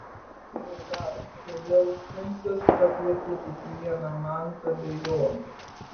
ir dar kodėl sfinksas pakvietė tik vieną mantą be jono